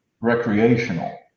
recreational